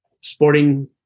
sporting